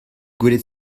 gwelet